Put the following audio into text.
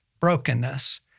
brokenness